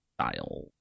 style